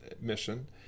mission